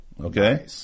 Okay